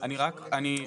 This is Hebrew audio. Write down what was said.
אני רק --- כן,